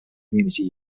community